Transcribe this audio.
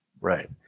Right